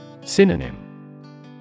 Synonym